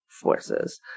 forces